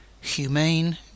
humane